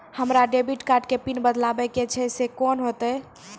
हमरा debit card के PIN बदलबावै के छैं से कौन होतै?